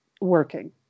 working